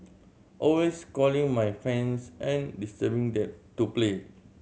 always calling my friends and disturbing them to play